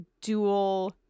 dual